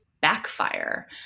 backfire